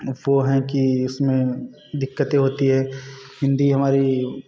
वह हैं कि उसमें दिक्कते होती हैं हिंदी हमारी